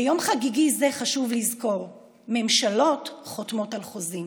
ביום חגיגי זה חשוב לזכור: ממשלות חותמות על חוזים